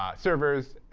ah servers,